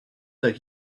that